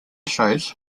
shows